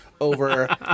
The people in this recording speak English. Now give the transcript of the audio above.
over